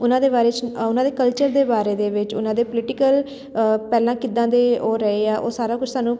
ਉਹਨਾਂ ਦੇ ਬਾਰੇ 'ਚ ਉਹਨਾਂ ਦੇ ਕਲਚਰ ਦੇ ਬਾਰੇ ਦੇ ਵਿੱਚ ਉਹਨਾਂ ਦੇ ਪਲੀਟੀਕਲ ਪਹਿਲਾਂ ਕਿੱਦਾਂ ਦੇ ਉਹ ਰਹੇ ਆ ਉਹ ਸਾਰਾ ਕੁਝ ਸਾਨੂੰ